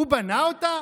הוא בנה אותה?